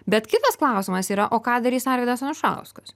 bet kitas klausimas yra o ką darys arvydas anušauskas